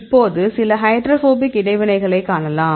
இப்போது சில ஹைட்ரோபோபிக் இடைவினைகளை காணலாம்